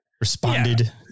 responded